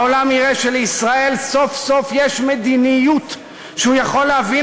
העולם יראה שלישראל סוף-סוף יש מדיניות שהוא יכול להבין,